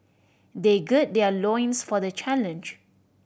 they gird their loins for the challenge